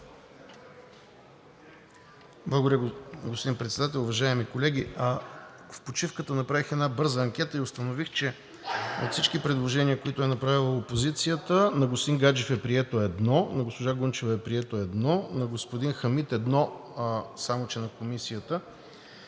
Благодаря, господин Председател. Уважаеми колеги, в почивката направих една бърза анкета и установих, че от всички предложения, които е направила опозицията – на господин Гаджев е прието едно, на госпожа Гунчева е прието едно, на господин Хамид – едно, само че на Комисията.